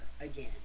again